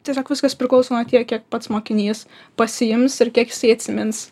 tiesiog viskas priklauso nuo tiek kiek pats mokinys pasiims ir kiek jisai atsimins